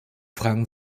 fragen